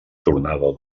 tornada